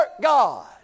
God